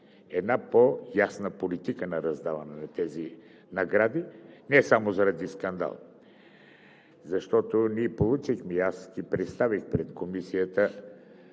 има по-ясна политика на раздаване на тези награди, не само заради скандала, защото ние получихме и аз ги представих пред Комисията